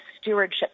stewardship